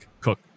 cook